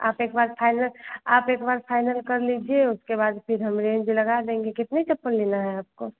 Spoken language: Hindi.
आप एकबार फाइनल आप एकबार फाइनल कर लीजिए उसके बाद फिर हम रेन्ज लगा देंगे कितनी चप्पल लेनी है आपको